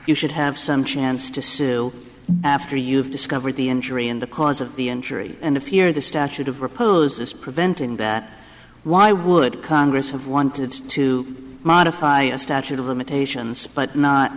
you should have some chance to sue after you've discovered the injury and the cause of the injury and if your the statute of repose is preventing that why would congress have wanted to modify a statute of limitations but not